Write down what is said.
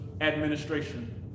administration